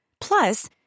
Plus